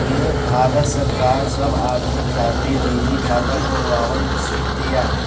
भारत सरकार सब आदमी खातिर निजी खाता खोलवाव तिया